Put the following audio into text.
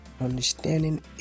Understanding